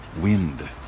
Wind